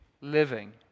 living